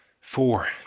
Four